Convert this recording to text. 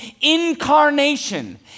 incarnation